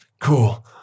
Cool